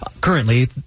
Currently –